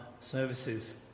services